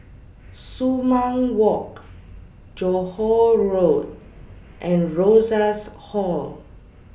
Sumang Walk Johore Road and Rosas Hall